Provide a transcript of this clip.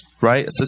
right